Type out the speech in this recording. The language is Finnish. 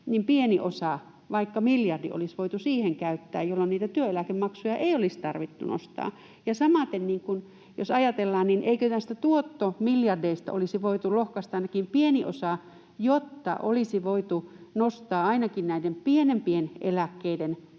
pieni osa, vaikka miljardi, olisi voitu käyttää siihen, jolloin niitä työeläkemaksuja ei olisi tarvinnut nostaa? Samaten jos ajatellaan, eikö näistä tuottomiljardeista olisi voitu lohkaista ainakin pieni osa, jotta olisi voitu nostaa ainakin näiden pienimpien eläkkeiden